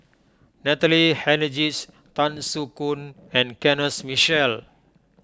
Natalie Hennedige's Tan Soo Khoon and Kenneth Mitchell